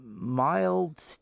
Mild